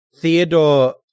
theodore